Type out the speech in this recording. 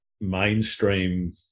mainstream